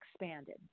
expanded